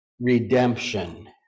redemption